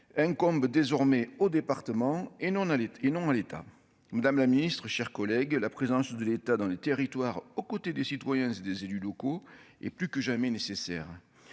incombe désormais aux départements et nous on allait et non à l'État, madame la Ministre, chers collègues, la présence de l'État dans les territoires, aux côtés des citoyens, c'est des élus locaux et plus que jamais nécessaire